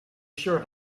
shirt